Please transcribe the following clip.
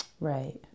Right